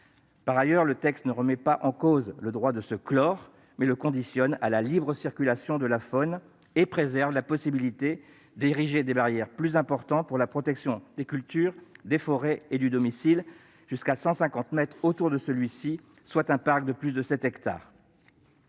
Par ailleurs, le texte ne remet pas en cause le droit de se clore, mais le conditionne à la libre circulation de la faune et préserve la possibilité d'ériger des barrières plus importantes pour la protection des cultures, des forêts et du domicile, jusqu'à cent cinquante mètres autour de celui-ci, soit un parc d'un peu plus de sept hectares.